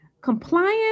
Compliance